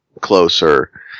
closer